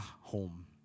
home